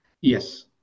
Yes